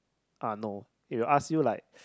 uh no he will ask you like